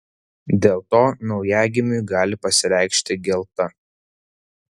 dėl to naujagimiui gali pasireikšti gelta